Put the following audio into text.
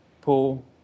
pool